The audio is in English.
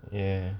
ya